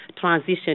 transition